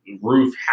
roof